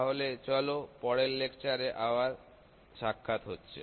তাহলে চলো পরের লেকচারে আবার সাক্ষাৎ হচ্ছে